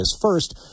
First